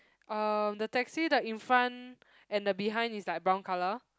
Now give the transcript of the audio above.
uh the taxi the in front and the behind is like brown colour